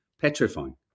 petrifying